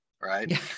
right